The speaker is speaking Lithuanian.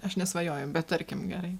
aš nesvajoju bet tarkim gerai